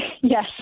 Yes